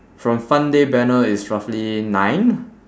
from fun day banner it's roughly nine